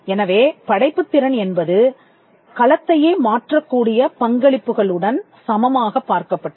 எனவே படைப்புத் திறன் என்பது களத்தையே மாற்றக்கூடிய பங்களிப்புகள் உடன் சமமாகப் பார்க்கப்பட்டது